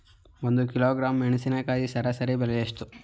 ಒಂದು ಕಿಲೋಗ್ರಾಂ ಮೆಣಸಿನಕಾಯಿ ಸರಾಸರಿ ಬೆಲೆ ಎಷ್ಟು?